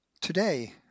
Today